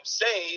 say